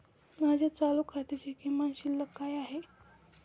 माझ्या चालू खात्याची किमान शिल्लक काय आहे?